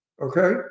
Okay